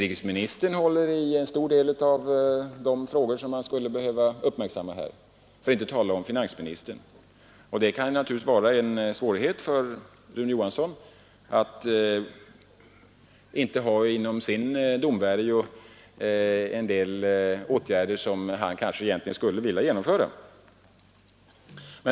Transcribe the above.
En stor del av de frågor som man skulle kunna uppmärksamma i detta sammanhang handläggs av inrikesministern och även av finansministern. Det kan naturligtvis vara en svårighet för Rune Johansson att han inte har inom sin domvärjo en del åtgärder som han kanske egentligen skulle vilja genomföra.